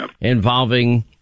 involving